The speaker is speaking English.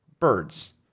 Birds